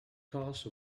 cause